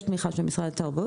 יש תמיכה של משרד התרבות.